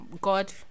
god